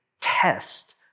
test